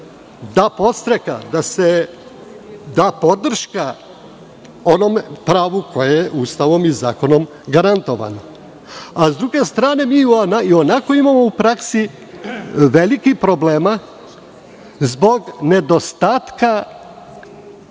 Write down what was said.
da podstrek, da se da podrška onom pravu koje je Ustavom i zakonom garantovano.S druge strane, mi ionako imamo u praksi velikih problema zbog nedostatka